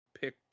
pick